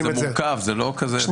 זה מורכב, זה לא כזה פשוט.